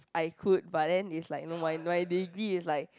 I could but then it's like no my my degree is like